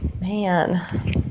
man